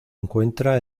encuentra